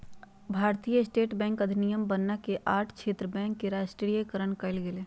भारतीय state bank अधिनियम बनना के आठ क्षेत्र बैंक के राष्ट्रीयकरण कइल गेलय